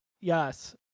Yes